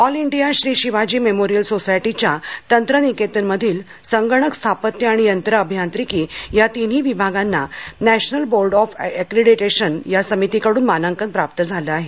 all India Shri Shivaji memorial सोसायटीच्या तंत्रनिकेतन मधील संगणक स्थापत्य आणि यंत्र अभियांत्रिकी या तीनही विभागांना नॅशनल बोर्ड ऑफ ऍक्रेडीटेशन समितीकडून मानांकन प्राप्त झालं आहे